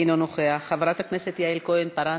אינו נוכח, חברת הכנסת יעל כהן-פארן,